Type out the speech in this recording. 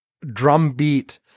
drumbeat